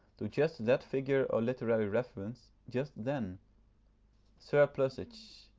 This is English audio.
to just that figure or literary reference, just then surplusage!